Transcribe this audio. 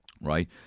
Right